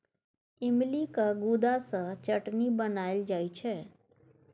इमलीक गुद्दा सँ चटनी बनाएल जाइ छै